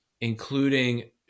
including